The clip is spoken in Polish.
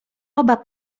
oba